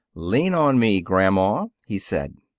lean on me, grandma, he said.